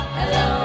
Hello